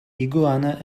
iguana